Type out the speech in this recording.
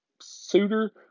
suitor